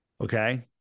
Okay